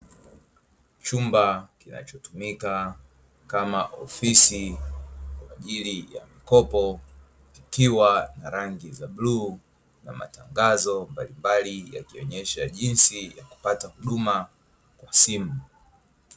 Chumba kinachotumika kama ofisi kwa ajili ya mikopo, kikiwa na rangi ya bluu, na matangazo mbalimbali yakionyesha jinsi ya kupata huduma kwa simu.